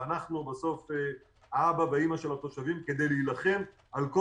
ואנחנו בסוף האבא והאימא של התושבים כדי להילחם על כל